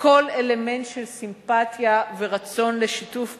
כל אלמנט של סימפתיה ורצון לשיתוף פעולה,